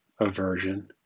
aversion